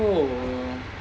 oh